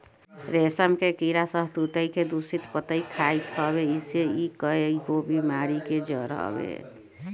रेशम के कीड़ा शहतूत के दूषित पतइ खात हवे जेसे इ कईगो बेमारी के जड़ हवे